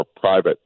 private